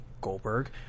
Goldberg